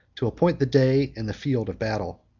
to appoint the day and the field of battle.